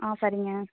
ஆ சரிங்க